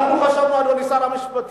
אנחנו חשבנו, אדוני שר המשפטים,